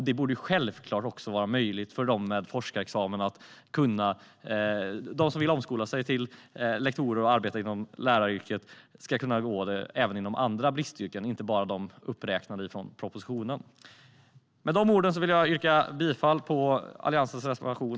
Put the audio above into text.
Det borde självklart vara möjligt för dem med forskarexamen som vill omskola sig till lektorer och arbeta inom läraryrket att göra det även inom andra bristyrken, inte bara de som räknas upp i propositionen. Med de orden yrkar jag bifall till Alliansens reservation.